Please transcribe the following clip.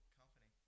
company